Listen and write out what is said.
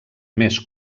més